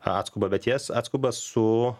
atskuba bet jas atskuba su